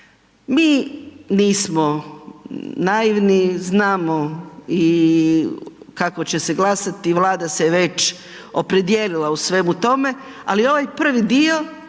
Mi nismo naivni, znamo i kako će se glasati, Vlada se je već opredijelila u svemu tome, ali ovaj prvi dio